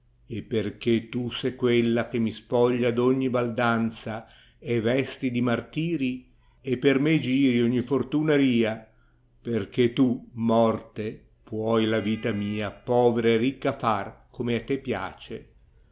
e perchè tu se quella che mi spoglia d ogni baldanza e vesti di martiri per me giri ogni fortuna ria perchè tu morte puoi la vita mia povera e ricca far come a te piace